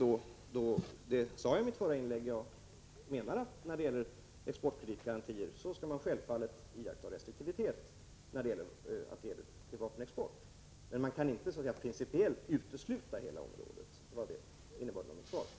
Jag sade i mitt förra inlägg att man i fråga om exportkreditgarantier självfallet skall iaktta restriktivitet när det gäller vapenexport. Men man kan inte generellt utesluta exportkreditgarantier vid sådana här affärer.